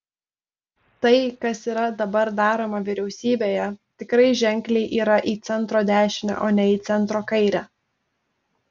tai kas yra dabar daroma vyriausybėje tikrai ženkliai yra į centro dešinę o ne į centro kairę